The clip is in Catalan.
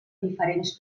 diferents